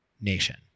nation